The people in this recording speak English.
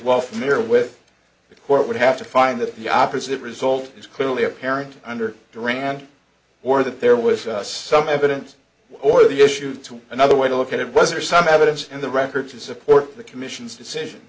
while familiar with the court would have to find that the opposite result is clearly apparent under duran or that there was some evidence or the issue to another way to look at it was are some evidence and the record to support the commission's decision